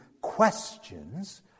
questions